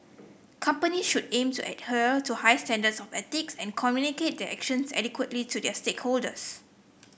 companies should aim to adhere to high standards of ethics and communicate their actions adequately to their stakeholders